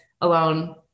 alone